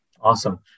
Awesome